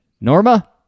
Norma